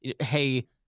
hey